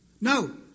No